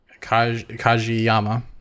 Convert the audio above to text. Kajiyama